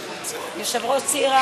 אני רוצה.